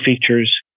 features